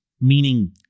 meaning